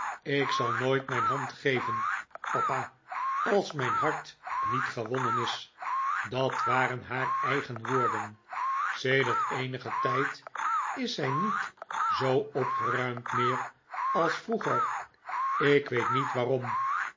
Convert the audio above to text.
ik zal nooit mijn hand geven papa als mijn hart niet gewonnen is dat waren haar eigen woorden sedert eenigen tijd is zij niet zoo opgeruimd meer als vroeger ik weet niet waarom